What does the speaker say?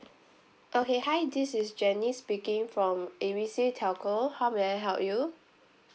okay hi this is janice speaking from A B C telco how may I help you